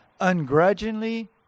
ungrudgingly